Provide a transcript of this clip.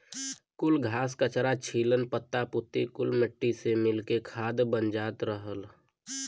कुल घास, कचरा, छीलन, पत्ता पुत्ती कुल मट्टी से मिल के खाद बन जात रहल